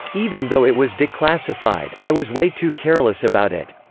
even though it was declassified, i was way too careless about it,